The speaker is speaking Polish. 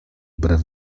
brew